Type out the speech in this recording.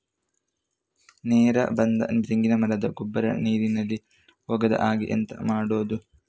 ನೆರೆ ಬಂದಾಗ ತೆಂಗಿನ ಮರದ ಗೊಬ್ಬರ ನೀರಿನಲ್ಲಿ ಹೋಗದ ಹಾಗೆ ಎಂತ ಮಾಡೋದು?